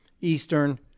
eastern